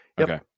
Okay